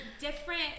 different